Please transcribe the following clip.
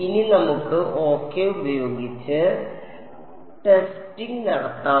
ഇനി നമുക്ക് ok ഉപയോഗിച്ച് ടെസ്റ്റിംഗ് നടത്താം